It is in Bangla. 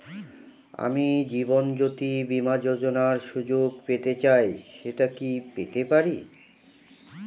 আমি জীবনয্যোতি বীমা যোযোনার সুযোগ পেতে চাই সেটা কি পেতে পারি?